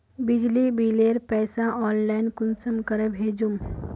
बिजली बिलेर पैसा ऑनलाइन कुंसम करे भेजुम?